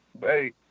Hey